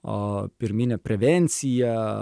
a pirminę prevenciją